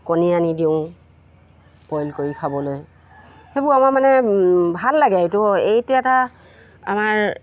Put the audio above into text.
কণী আনি দিওঁ বইল কৰি খাবলৈ সেইবোৰ আমাৰ মানে ভাল লাগে এইটো এইটো এটা আমাৰ